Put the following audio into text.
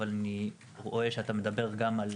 אבל אתה מדבר גם מדבר על